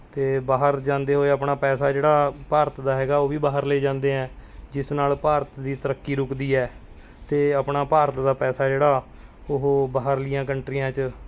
ਅਤੇ ਬਾਹਰ ਜਾਂਦੇ ਹੋਏ ਆਪਣਾ ਪੈਸਾ ਜਿਹੜਾ ਭਾਰਤ ਦਾ ਹੈਗਾ ਉਹ ਵੀ ਬਾਹਰ ਲੈ ਜਾਂਦੇ ਹੈ ਜਿਸ ਨਾਲ ਭਾਰਤ ਦੀ ਤਰੱਕੀ ਰੁਕਦੀ ਹੈ ਅਤੇ ਆਪਣਾ ਭਾਰਤ ਦਾ ਪੈਸਾ ਜਿਹੜਾ ਉਹ ਬਾਹਰਲੀਆਂ ਕੰਟਰੀਆਂ 'ਚ